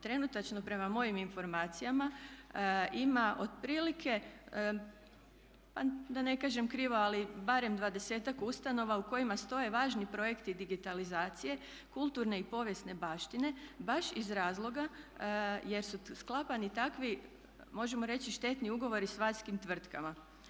Trenutačno prema mojim informacijama ima otprilike a da ne kažem krivo, ali barem dvadesetak ustanova u kojima stoje važni projekti digitalizacije kulturne i povijesne baštine baš iz razloga jer su sklapani takvi, možemo reći štetni ugovori s vanjskim tvrtkama.